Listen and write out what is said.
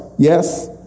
Yes